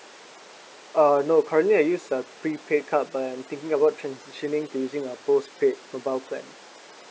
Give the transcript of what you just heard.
so no currently I use a prepaid card but I'm thinking about transitioning to using a postpaid mobile plan